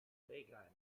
regan